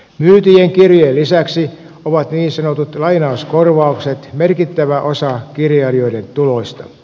myytyjen kirjojen lisäksi ovat niin sanotut lainauskorvaukset merkittävä osa kirjailijoiden tuloista